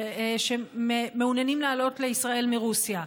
שמעוניינים לעלות לישראל מרוסיה.